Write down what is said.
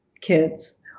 kids